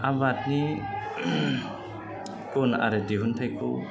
आबादनि गुन आरो दिहुनथायखौ